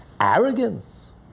Arrogance